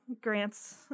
Grant's